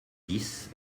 dix